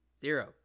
Zero